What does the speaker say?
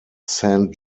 saint